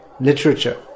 literature